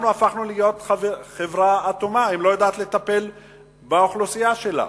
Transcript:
אנחנו הפכנו להיות חברה אטומה שלא יודעת לטפל באוכלוסייה שלה.